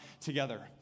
together